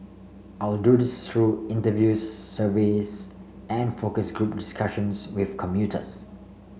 I'll do this through interviews surveys and focus group discussions with commuters